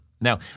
Now